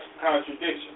contradiction